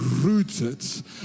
rooted